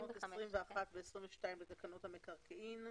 תקנות 21 ו-22 לתקנות המקרקעין.